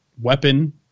weapon